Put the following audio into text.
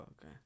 okay